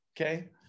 Okay